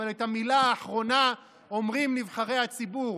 אבל את המילה האחרונה אומרים נבחרי הציבור.